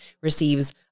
receives